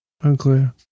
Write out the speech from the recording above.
Unclear